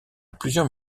plusieurs